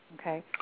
Okay